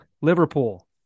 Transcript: Liverpool